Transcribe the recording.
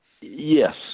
Yes